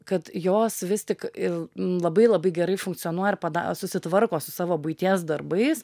kad jos vis tik ir labai labai gerai funkcionuoja ir pada susitvarko su savo buities darbais